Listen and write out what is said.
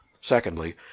Secondly